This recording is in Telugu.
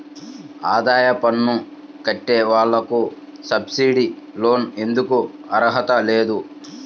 ఆదాయ పన్ను కట్టే వాళ్లకు సబ్సిడీ లోన్ ఎందుకు అర్హత లేదు?